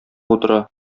утыра